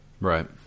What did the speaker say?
Right